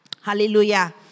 Hallelujah